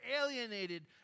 alienated